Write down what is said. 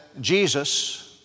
Jesus